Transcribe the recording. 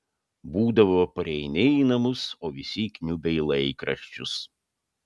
būdavo pareini į namus o visi įkniubę į laikraščius